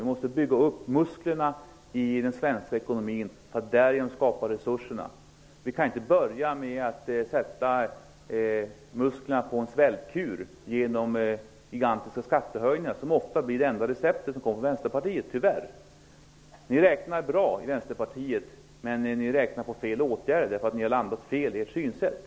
Vi måste bygga upp musklerna i den svenska ekonomin för att därigenom skapa resurserna. Vi kan inte börja med att sätta musklerna på en svältkur genom gigantiska skattehöjningar. Det blir tyvärr ofta det enda receptet som kommer från Vänsterpartiet. Ni räknar bra i Vänsterpartiet, men ni räknar på fel åtgärder. Ni har landat fel i ert synsätt.